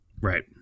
Right